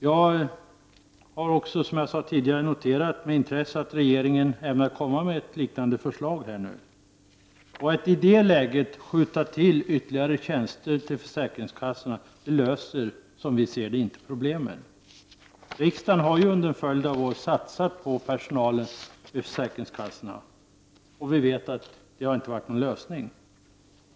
Jag har, som jag sade tidigare, noterat med intresse att regeringen nu ämnar komma med ett liknande förslag. Att i det läget skjuta till ytterligare tjänster till försäkringskassorna löser, som vi ser det, inte problemen. Riksdagen har under en följd av år satsat på personal vid försäkringskassorna. Vi vet att det inte har varit någon lösning.